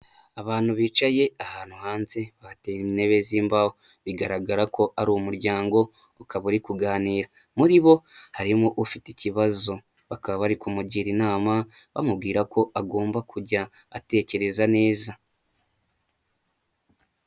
Abantu bicaye ahantu hanze bateye intebe zimbaho bigaragara ko ari umuryango ukaba uri kuganira, muri bo harimo ufite ikibazo bakaba bari kumugira inama bamubwira ko agomba kujya atekereza neza.